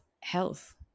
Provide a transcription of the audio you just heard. Health